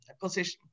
position